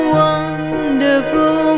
wonderful